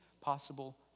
possible